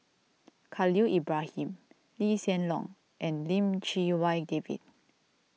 Khalil Ibrahim Lee Hsien Loong and Lim Chee Wai David